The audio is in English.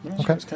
Okay